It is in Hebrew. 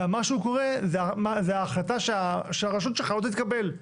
והמשהו קורה זה ההחלטה שהרשות לא תתקבל.